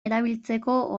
erabiltzeko